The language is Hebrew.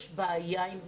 יש בעיה עם זה.